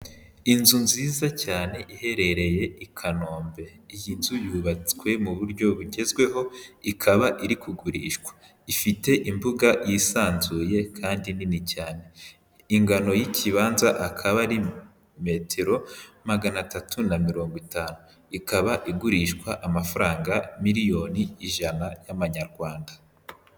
Inzu nziza cyane iherereye i Kanombe, iyi nzu yubatswe mu buryo bugezweho ikaba iri kugurishwa, ifite imbuga yisanzuye kandi nini cyane, ingano y'ikibanza akaba ari metero magana atatu na mirongo itanu, ikaba igurishwa amafaranga miliyoni ijana y'amanyarwanda.